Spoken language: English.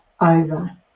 over